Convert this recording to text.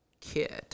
kid